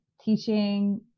teaching